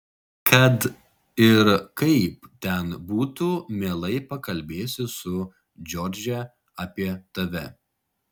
kad ir kaip ten būtų mielai pakalbėsiu su džordže apie tave